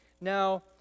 Now